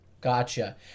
gotcha